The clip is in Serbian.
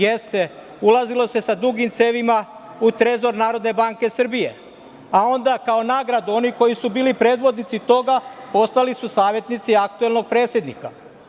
Jeste, ulazilo se sa dugim cevima u Trezor Narodne banke Srbije, a onda kao nagradu, oni koji su bili predvodnici toga, postali su savetnici aktuelnog predsednika.